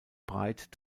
breit